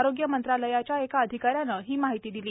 आरोग्य मंत्रालयाच्या एका अधिकाऱ्यानं ही माहिती दिली